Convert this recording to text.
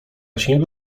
śniegu